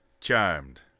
Charmed